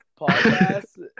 podcast